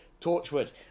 Torchwood